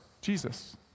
Jesus